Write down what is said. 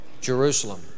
Jerusalem